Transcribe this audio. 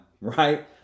right